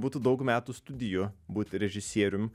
būtų daug metų studijų būti režisierium